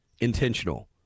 intentional